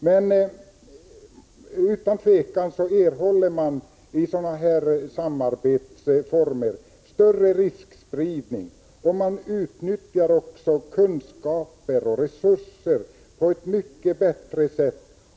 Men utan tvivel innebär det större riskspridning. Man utnyttjar också kunskaper och resurser på ett mycket bättre sätt.